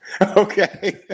Okay